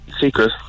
Secret